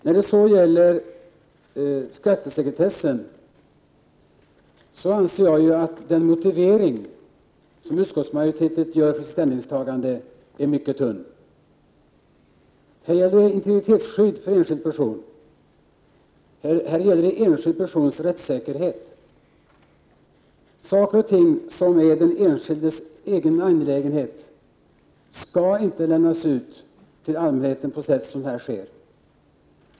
När det så gäller skattesekretessen anser jag att den motivering som utskottsmajoriteten gör till sitt ställningstagande är mycket tunn. Här gäller det integritetsskyddet för enskilda personer, här gäller det enskilda personers rättssäkerhet. Saker och ting som är den enskildes egen angelägenhet skall inte lämnas ut till allmänheten på sätt som nu sker.